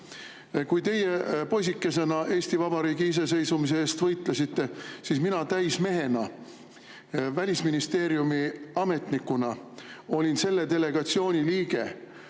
Kui teie poisikesena Eesti Vabariigi iseseisvumise eest võitlesite, siis mina täismehena Välisministeeriumi ametnikuna olin selle delegatsiooni liige,